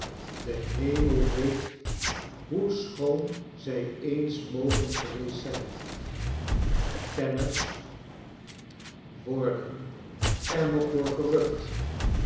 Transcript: de hemel weet hoe schoon zij eens mogen geweest zijn kenners worden er nog door verrukt